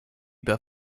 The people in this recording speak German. bei